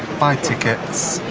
buy tickets,